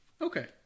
Okay